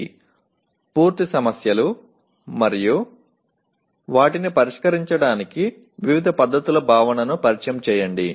NP పూర్తి సమస్యలు మరియు వాటిని పరిష్కరించడానికి వివిధ పద్ధతుల భావనను పరిచయం చేయండి